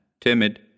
timid